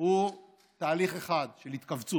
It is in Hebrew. הוא תהליך אחד: של התכווצות.